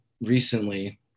recently